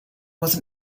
was